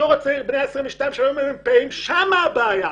הדור הצעיר שהיום הם בני 22 23 שם הבעיה.